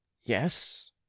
Yes